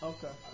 Okay